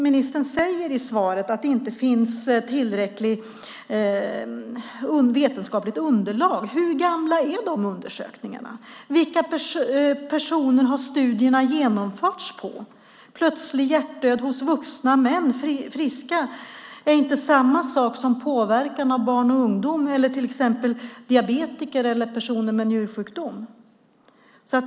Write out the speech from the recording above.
Ministern säger i svaret att det inte finns tillräckligt vetenskapligt underlag. Men hur gamla är dessa undersökningar? Vilka personer har studierna genomförts på? Plötslig hjärtdöd hos vuxna friska män är inte samma sak som påverkan på barn och ungdomar eller till exempel diabetiker eller personer med njursjukdom.